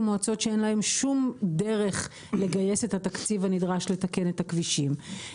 מועצות שאין להן שום דרך לגייס את התקציב הנדרש לתקן את הכבישים.